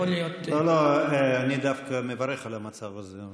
יכול להיות, לא, לא, אני דווקא מברך על המצב הזה.